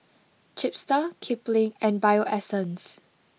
Chipster Kipling and Bio Essence